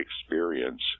experience